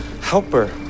Helper